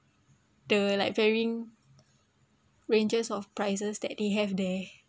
the like varying ranges of prices that they have there